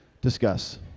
discuss